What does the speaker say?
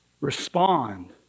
respond